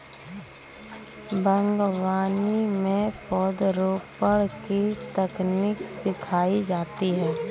बागवानी में पौधरोपण की तकनीक सिखाई जाती है